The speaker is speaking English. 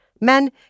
Men